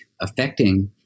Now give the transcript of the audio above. affecting